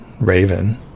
Raven